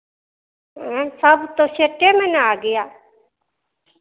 सब तो सेटे में न आ गया